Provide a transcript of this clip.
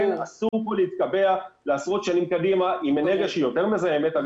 לכן כאן להתקבע לעשרות שנים קדימה עם אנרגיה שהיא יותר מזהמת,